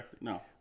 No